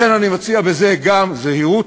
לכן אני מציע בזה גם זהירות.